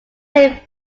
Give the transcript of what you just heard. named